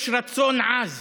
יש רצון עז